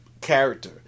character